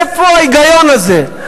איפה ההיגיון הזה?